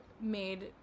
made